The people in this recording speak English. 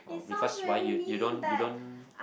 because why you you don't you don't